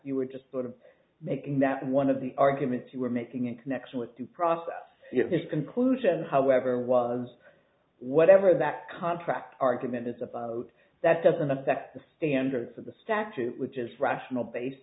you were just sort of making that one of the arguments you were making in connection with due process is conclusion however was whatever that contract argument is about that doesn't affect the standards of the statute which is rational bas